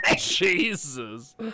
Jesus